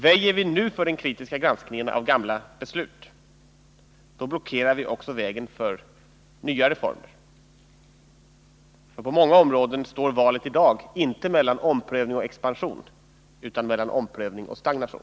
Väjer vi nu för den kritiska granskningen av gamla reformer, blockerar vi också vägen för nya reformer. För på många områden står valet i dag inte mellan omprövning och expansion, utan mellan omprövning och stagnation.